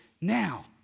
now